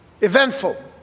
Eventful